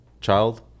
child